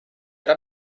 era